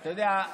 אתה יודע,